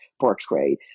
portray